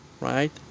right